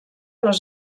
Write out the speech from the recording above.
les